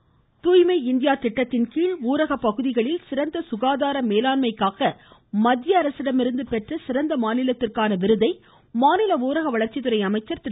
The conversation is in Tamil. வேலுமணி தூய்மை இந்தியா திட்டத்தின்கீழ் ஊரகப்பகுதிகளில் சிறந்த சுகாதார மேலாண்மைக்கான மத்திய அரசிடமிருந்து பெற்ற சிறந்த மாநிலத்திற்கான விருதை மாநில ஊரக வளர்ச்சித்துறை அமைச்சர் திரு